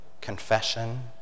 confession